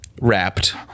Wrapped